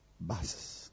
buses